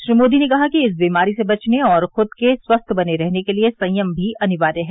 श्री मोदी ने कहा कि इस बीमारी से बचने और खुद के स्वस्थ बने रहने के लिए संयम भी अनिवार्य है